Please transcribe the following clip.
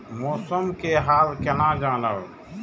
मौसम के हाल केना जानब?